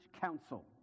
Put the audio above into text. council